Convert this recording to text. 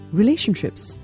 relationships